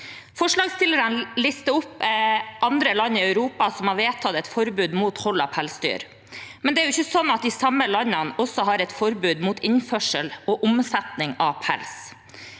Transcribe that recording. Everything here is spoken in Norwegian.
Forslagsstillerne lister opp andre land i Europa som har vedtatt et forbud mot hold av pelsdyr, men det er jo ikke sånn at de samme landene også har et forbud mot innførsel og omsetning av pels.